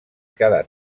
cada